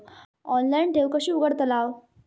Online ठेव कशी उघडतलाव?